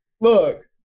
Look